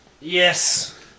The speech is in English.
Yes